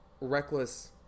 reckless